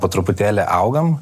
po truputėlį augam